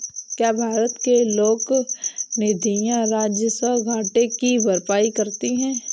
क्या भारत के लोक निधियां राजस्व घाटे की भरपाई करती हैं?